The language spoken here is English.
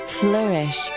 flourish